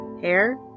hair